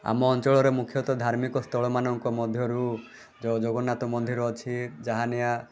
ଆମ ଅଞ୍ଚଳର ମୁଖ୍ୟତଃ ଧାର୍ମିକସ୍ଥଳମାନଙ୍କ ମଧ୍ୟରୁ ଜଗନ୍ନାଥ ମନ୍ଦିର ଅଛି ଯାହାନିଆ